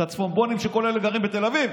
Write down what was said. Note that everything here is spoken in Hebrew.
את הצפונבונים, כל אלה שגרים בתל אביב?